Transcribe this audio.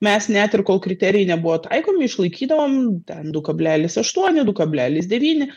mes net ir kol kriterijai nebuvo taikomi išlaikydavom ten du kablelis aštuoni du kablelis devyni